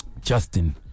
Justin